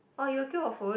oh you queue for food